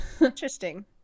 Interesting